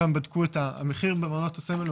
שם בדקו את המחיר במעונות הסמל.